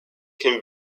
can